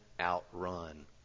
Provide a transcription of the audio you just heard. outrun